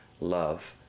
Love